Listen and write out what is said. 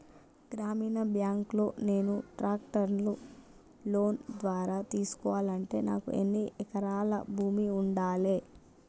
గ్రామీణ బ్యాంక్ లో నేను ట్రాక్టర్ను లోన్ ద్వారా తీసుకోవాలంటే నాకు ఎన్ని ఎకరాల భూమి ఉండాలే?